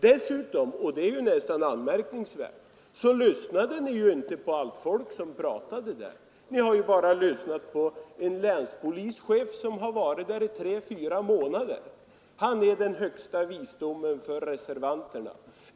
Dessutom — och det är nästan anmärkningsvärt — lyssnade ni inte på dem som talade i Östersund. Ni har bara lyssnat på en länspolischef, som tjänstgjort i tre, fyra månader. Han är bärare av den högsta visdomen enligt reservanterna.